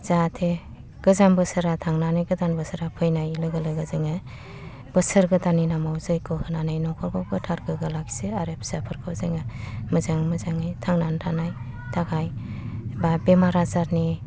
जाहाथे गोजाम बोसोरा थांनानै गोदान बोसोरा फैनाय लोगो लोगो जोङो बोसोर गोदाननि नामाव जैग होनानै न'खरखौ गोथार गोगो लाखियो आरो फिसाफोरखौ जोङो मोजाङै मोजाङै थांनानै थानाय थाखाय बा बेराम आजारनि